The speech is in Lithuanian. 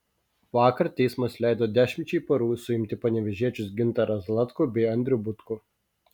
vakar teismas leido dešimčiai parų suimti panevėžiečius gintarą zlatkų bei andrių butkų